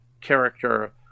character